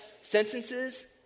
sentences